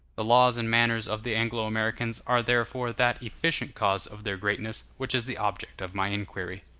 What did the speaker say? the laws and manners of the anglo-americans are therefore that efficient cause of their greatness which is the object of my inquiry.